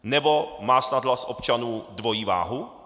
Nebo má snad hlas občanů dvojí váhu?